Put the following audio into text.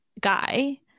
guy